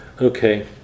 Okay